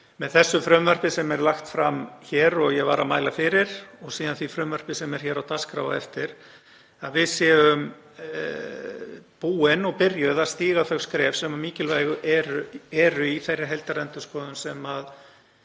með þessu frumvarpi sem er lagt fram hér og ég var að mæla fyrir og síðan því frumvarpi sem er á dagskrá á eftir, búin og byrjuð að stíga þau skref sem mikilvæg eru í þeirri heildarendurskoðun sem